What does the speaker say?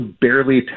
barely